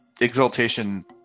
exaltation